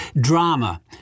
drama